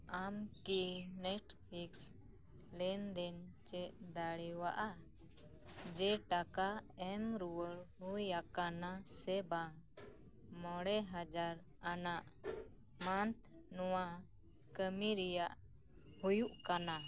ᱟᱢ ᱠᱤ ᱱᱮᱴᱯᱷᱤᱠᱥ ᱞᱮᱱᱫᱮᱱ ᱪᱮᱫ ᱫᱟᱲᱮᱭᱟᱜᱼᱟ ᱡᱮ ᱴᱟᱠᱟ ᱮᱢ ᱨᱩᱣᱟᱹᱲ ᱦᱩᱭ ᱟᱠᱟᱱᱟ ᱥᱮ ᱵᱟᱝ ᱢᱚᱬᱮ ᱦᱟᱡᱟᱨ ᱟᱱᱟᱜ ᱢᱟᱱᱛᱷ ᱱᱚᱣᱟ ᱠᱟᱹᱢᱤ ᱨᱮᱭᱟᱜ ᱦᱩᱭᱩᱜ ᱠᱟᱱᱟ